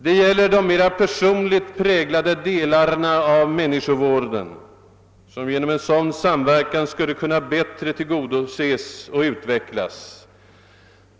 Det gäller de mera personligt präglade delarna av människovården, som genom en sådan samverkan bättre skulle kunna tillgodoses och utvecklas.